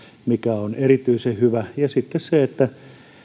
mikä on erityisen hyvä ja sitten on se että